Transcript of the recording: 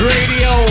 Radio